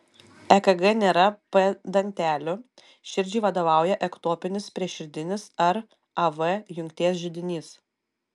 ekg nėra p dantelių širdžiai vadovauja ektopinis prieširdinis ar av jungties židinys